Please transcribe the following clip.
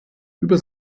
über